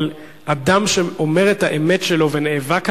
אבל אדם שאומר את האמת שלו ונאבק עליה,